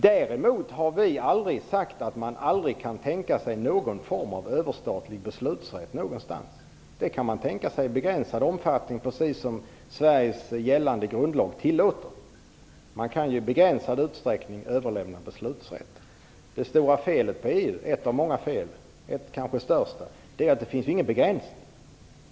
Vi har inte sagt att vi aldrig kan tänka oss någon form av överstatlig beslutsrätt någonstans. Vi kan tänka oss det i begränsad omfattning så som Sveriges gällande grundlag tillåter. I begränsad omfattning kan beslutsrätten överlämnas. Det kanske största felet med EU är att det inte finns någon begränsning.